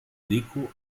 deko